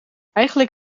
eigenlijk